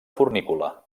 fornícula